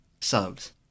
subs